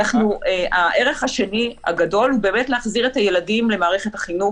הערך השני הגדול הוא באמת להחזיר את הילדים למערכת החינוך,